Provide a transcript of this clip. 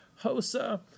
Hosa